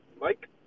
Mike